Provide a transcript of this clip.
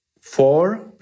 four